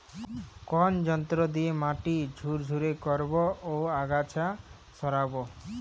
কোন যন্ত্র দিয়ে মাটি ঝুরঝুরে করব ও আগাছা সরাবো?